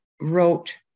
wrote